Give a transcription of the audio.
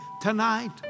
tonight